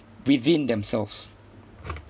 within themselves